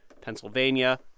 Pennsylvania